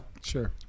Sure